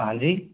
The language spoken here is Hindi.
हाँ जी